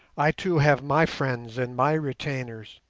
i, too, have my friends and my retainers.